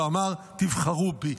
ואמר תבחרו בי.